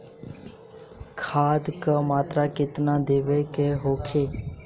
खाध के मात्रा केतना देवे के होखे?